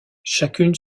chacune